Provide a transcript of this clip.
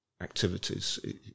activities